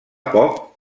poc